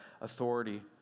authority